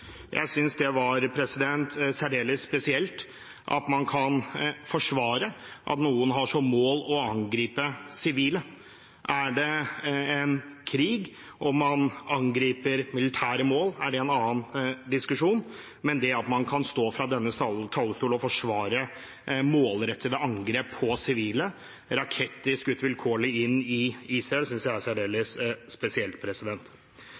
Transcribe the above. Jeg synes det er særdeles spesielt at man kan forsvare at noen har som mål å angripe sivile. Er det en krig om man angriper militære mål? Er det en annen diskusjon? Men det at man kan stå på denne talerstolen og forsvare målrettede angrep mot sivile, raketter skutt vilkårlig inn i Israel, synes jeg er særdeles spesielt.